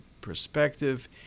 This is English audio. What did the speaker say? perspective